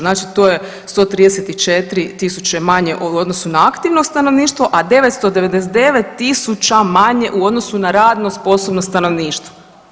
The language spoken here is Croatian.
Znači to je 134 tisuće manje u odnosu na aktivno stanovništvo, a 999 tisuća manje u odnosu na radno sposobno stanovništvo.